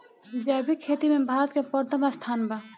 जैविक खेती में भारत के प्रथम स्थान बा